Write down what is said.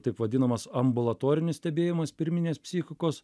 taip vadinamas ambulatorinis stebėjimas pirminės psichikos